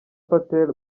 patel